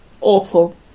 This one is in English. awful